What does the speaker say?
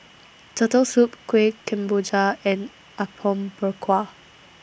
Turtle Soup Kueh Kemboja and Apom Berkuah